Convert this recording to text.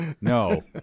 no